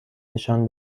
نشان